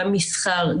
גם מסחר,